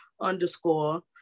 underscore